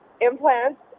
Implants